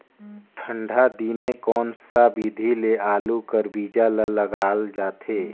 ठंडा दिने कोन सा विधि ले आलू कर बीजा ल लगाल जाथे?